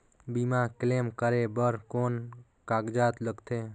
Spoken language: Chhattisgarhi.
बीमा क्लेम करे बर कौन कागजात लगथे?